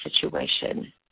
situation